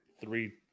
three